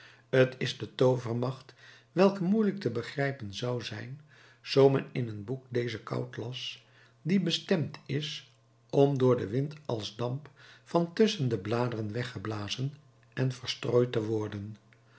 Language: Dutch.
t is de toovermacht welke moeielijk te begrijpen zou zijn zoo men in een boek dezen kout las die bestemd is om door den wind als damp van tusschen de bladeren weggeblazen en verstrooid te worden